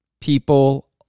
people